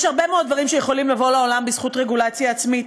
יש הרבה מאוד דברים שיכולים לבוא לעולם בזכות רגולציה עצמית,